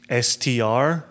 STR